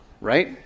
right